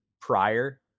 prior